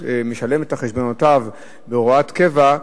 משלם את חשבונותיו בהוראת קבע,